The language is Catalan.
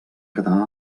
quedar